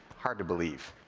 hard to believe.